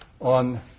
on